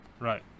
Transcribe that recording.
Right